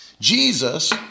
Jesus